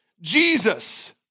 Jesus